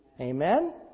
Amen